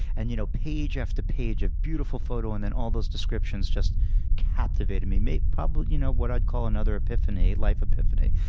and you know page after page of beautiful photos, and then all those descriptions, just captivated me, made probably you know what i'd call another life epiphany.